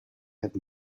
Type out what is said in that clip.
had